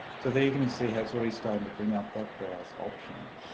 so there you can see how it's already starting to bring up that browse option.